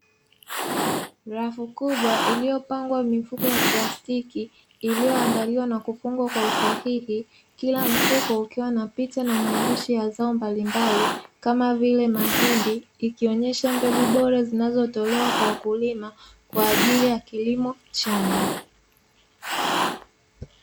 Rafu kubwa iliyopangwa mifuko ya plastiki, iliyoandaliwa na kufungwa kwa usahihi, kila mfuko ukiwa na picha na maandishi ya mazao mbalimbali kama vile mahindi, ikionyesha mbegu bora zinazotolewa kwa wakulima kwa ajili ya kilimo chanya.